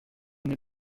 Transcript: n’ai